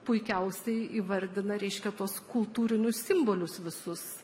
puikiausiai įvardina reiškia tuos kultūrinius simbolius visus